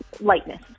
lightness